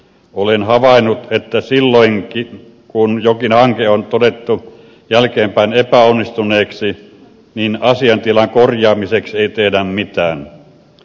olen havainnut että silloinkaan kun jokin hanke on todettu jälkeenpäin epäonnistuneeksi asiantilan korjaamiseksi ei tehdä mitään